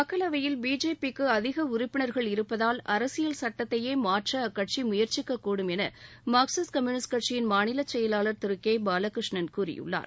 மக்களவையில் பிஜேபிக்குஅதிகஉறுப்பினர்கள் இருப்பதால் அரசியல் சட்டத்தையேமாற்றஅக்கட்சிமுயற்சிக்கக்கூடும் எனமார்க்சிஸ்ட் கம்யூனிஸ்ட் கட்சிமாநிலச் செயலாளர் திருகேபாலகிருஷ்ணன் கூறியுள்ளார்